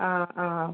ആ ആ